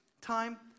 time